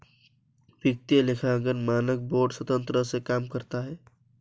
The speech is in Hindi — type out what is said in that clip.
वित्तीय लेखांकन मानक बोर्ड स्वतंत्रता से काम करता है